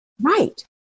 right